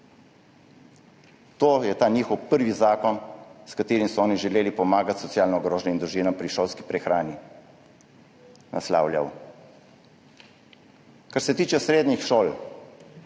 To je ta njihov prvi zakon, s katerim so oni želeli pomagati socialno ogroženim družinam pri šolski prehrani, naslavljal. Kar se tiče srednjih šol,